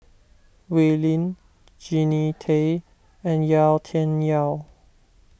Wee Lin Jannie Tay and Yau Tian Yau